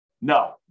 No